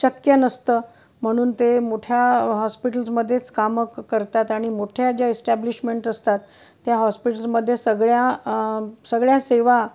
शक्य नसतं म्हणून ते मोठ्या हॉस्पिटल्समध्येच कामं करतात आणि मोठ्या ज्या एस्टॅब्लिशमेंट असतात त्या हॉस्पिटल्समध्ये सगळ्या सगळ्या सेवा